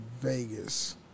Vegas